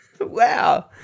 Wow